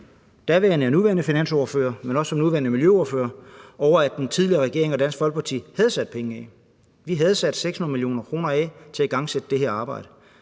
daværende og nuværende finansordfører, men også som nuværende miljøordfører, at den tidligere regering og Dansk Folkeparti havde sat penge af. Vi havde sat 600 mio. kr. af til at igangsætte det her arbejde.